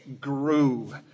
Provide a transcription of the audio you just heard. grew